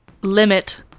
limit